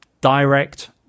direct